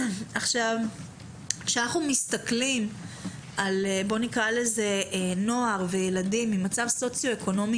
כשאנחנו מסתכלים על נוער וילדים ממצב סוציואקונומי